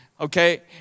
Okay